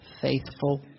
Faithful